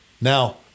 Now